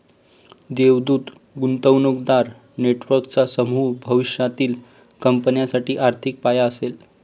देवदूत गुंतवणूकदार नेटवर्कचा समूह भविष्यातील कंपन्यांसाठी आर्थिक पाया असेल